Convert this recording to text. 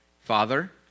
Father